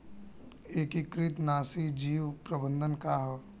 एकीकृत नाशी जीव प्रबंधन का ह?